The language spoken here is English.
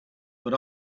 but